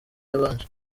yabanje